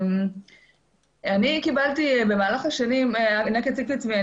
אני אציג את עצמי,